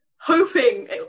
hoping